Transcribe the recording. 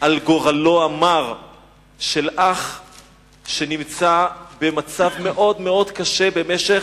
על גורלו המר של אח שנמצא במצב מאוד-מאוד קשה במשך,